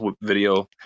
video